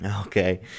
Okay